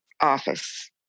office